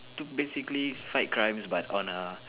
to basically fight crimes but on a